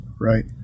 right